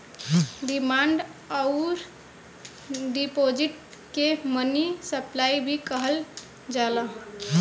demand अउर deposit के money supply भी कहल जाला